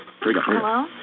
Hello